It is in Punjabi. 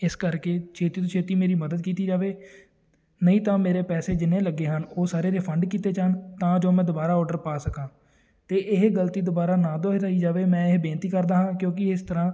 ਇਸ ਕਰਕੇ ਛੇਤੀ ਤੋਂ ਛੇਤੀ ਮੇਰੀ ਮਦਦ ਕੀਤੀ ਜਾਵੇ ਨਹੀਂ ਤਾਂ ਮੇਰੇ ਪੈਸੇ ਜਿੰਨੇ ਲੱਗੇ ਹਨ ਉਹ ਸਾਰੇ ਰਿਫੰਡ ਕੀਤੇ ਜਾਣ ਤਾਂ ਜੋ ਮੈਂ ਦੁਬਾਰਾ ਔਡਰ ਪਾ ਸਕਾਂ ਅਤੇ ਇਹ ਗਲਤੀ ਦੁਬਾਰਾ ਨਾ ਦੋਹਰਾਈ ਜਾਵੇ ਮੈਂ ਇਹ ਬੇਨਤੀ ਕਰਦਾ ਹਾਂ ਕਿਉਂਕਿ ਇਸ ਤਰ੍ਹਾਂ